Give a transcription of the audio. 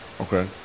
Okay